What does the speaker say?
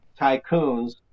tycoons